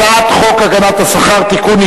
הצעת חוק הגנת השכר (תיקון,